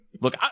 Look